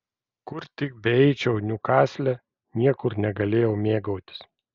kur tik beeičiau niukasle niekur negalėjau mėgautis